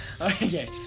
Okay